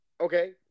Okay